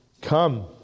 Come